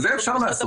את זה אפשר לעשות,